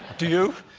do youle?